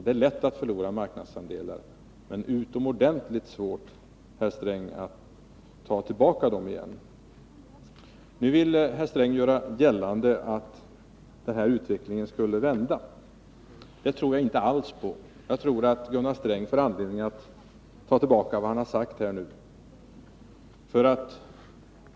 Det är lätt att förlora marknadsandelar men ytterligt svårt, herr Sträng, att ta tillbaka dem igen! Nu vill herr Sträng göra gällande att den utvecklingen skulle vända. Det tror jag inte alls på. Jag tror att Gunnar Sträng får anledning att ta tillbaka vad han har sagt här.